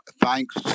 thanks